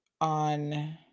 On